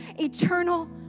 eternal